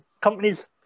Companies